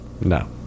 no